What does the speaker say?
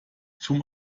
zum